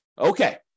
Okay